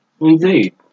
Indeed